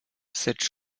cette